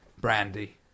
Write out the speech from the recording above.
Brandy